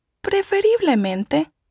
Preferiblemente